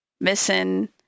missing